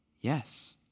Yes